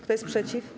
Kto jest przeciw?